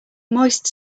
moist